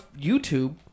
YouTube